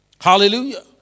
Hallelujah